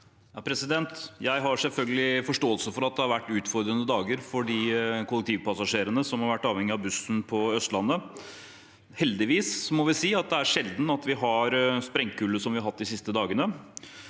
Jeg har selv- følgelig forståelse for at det har vært utfordrende dager for de kollektivpassasjerene som har vært avhengig av bussen på Østlandet. Heldigvis, må vi si, er det sjelden vi har sprengkulde slik vi har hatt de siste dagene.